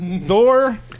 thor